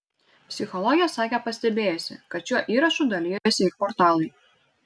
psichologė sakė pastebėjusi kad šiuo įrašu dalijosi ir portalai